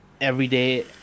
everyday